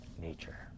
nature